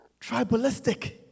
tribalistic